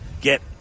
get